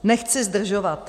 Nechci zdržovat.